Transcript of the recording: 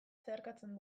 zeharkatzen